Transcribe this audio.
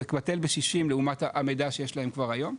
זה בטל בשישים לעומת המידע שיש להם כבר היום,